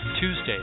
Tuesday